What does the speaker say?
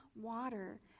water